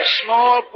small